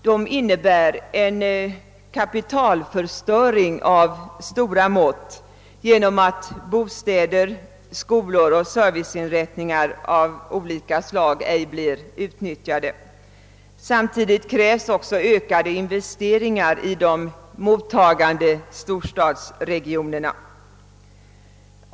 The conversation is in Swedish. De innebär en kapitalförstöring av stora mått genom att bostäder, skolor och serviceinrättningar av olika slag ej blir utnyttjade. Samtidigt krävs ökade investeringar i de mottagande storstadsregionerna.